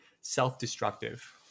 self-destructive